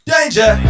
Danger